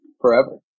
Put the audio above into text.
forever